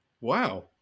Wow